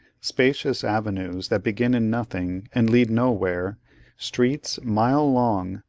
spacious avenues, that begin in nothing, and lead nowhere streets, mile-long,